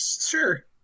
Sure